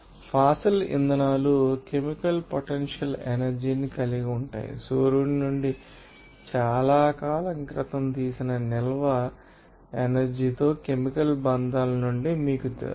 fossil ఇంధనాలు chemical potential energy ని కలిగి ఉంటాయి సూర్యుడి నుండి చాలా కాలం క్రితం తీసిన నిల్వ ఎనర్జీ తో కెమికల్ బంధాల నుండి మీకు తెలుసు